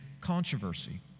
controversy